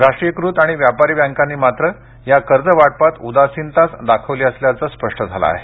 राष्ट्रीयीकृत आणि व्यापारी बँकांनी मात्र या कर्जवाटपात उदासीनताच दाखवली असल्याचं स्पष्ट झालं आहे